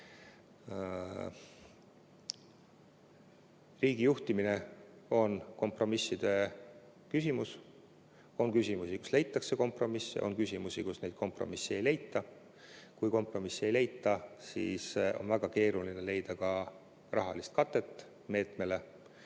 riigijuhtimine on kompromisside küsimus. On küsimusi, kus leitakse kompromiss. On küsimusi, kus kompromisse ei leita. Kui kompromisse ei leita, siis on väga keeruline leida ka rahalist katet meetmele,